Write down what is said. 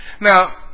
Now